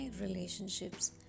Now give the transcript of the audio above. relationships